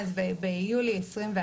ביולי 2021,